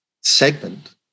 segment